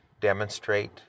demonstrate